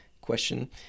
Question